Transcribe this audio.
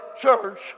church